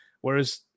Whereas